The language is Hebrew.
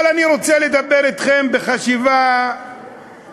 אבל אני רוצה לדבר אתכם בחשיבה משותפת: